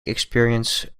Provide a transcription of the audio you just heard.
experience